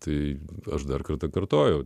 tai aš dar kartą kartojau